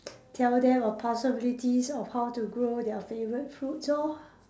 tell them the possibilities of how to grow their favourite fruits lor